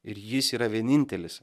ir jis yra vienintelis